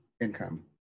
income